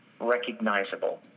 recognizable